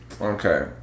Okay